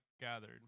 gathered